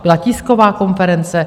Byla tisková konference.